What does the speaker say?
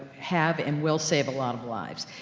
have and will save a lot of lives.